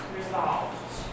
resolved